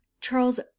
charles